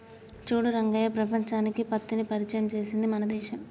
చూడు రంగయ్య ప్రపంచానికి పత్తిని పరిచయం చేసింది మన దేశం